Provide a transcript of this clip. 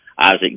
Isaac